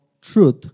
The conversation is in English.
truth